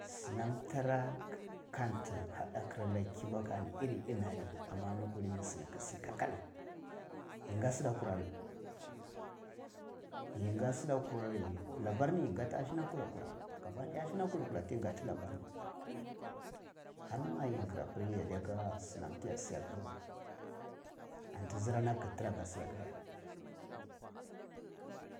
Sinam tara canti hadati gir alla kibaku anni ini a ri amma in kullini si ni ki si kal kal yi ga shita kura ri yi ga shidakuran labar ni yin gati a shina kula kula gaba daya ashina kula kula ti ga ti labarni harma yin nkinapir yadda ka shi ti ya si ya kir weh an ti zirana kitina ka shi ya ka ya